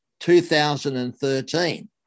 2013